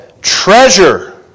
treasure